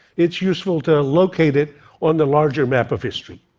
it's useful to locate it on the larger map of history.